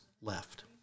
left